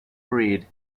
breed